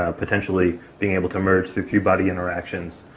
ah potentially being able to merge through three-body interactions,